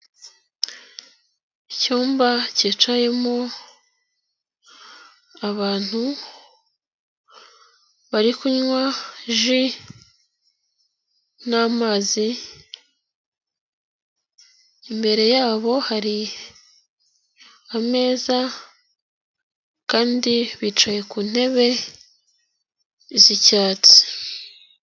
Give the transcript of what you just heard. Icyumba kicayemo abantu bari kunywa ji n'amazi, imbere yabo hari ameza kandi bicaye ku ntebe z'icyatsi.